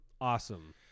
Awesome